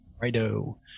Righto